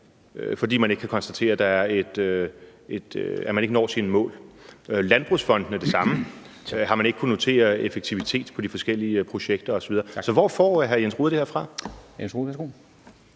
fordi man ikke kan konstatere, at den når sine mål. Det samme gælder landbrugsfondene. Der har man ikke kunnet konstatere effektivitet i de forskellige projekter. Så hvor får hr. Jens Rohde det her fra?